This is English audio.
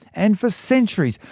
and for centuries,